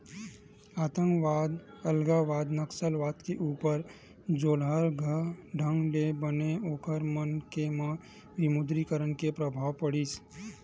आंतकवाद, अलगावाद, नक्सलवाद के ऊपर जोरलगहा ढंग ले बने ओखर मन के म विमुद्रीकरन के परभाव पड़िस